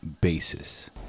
basis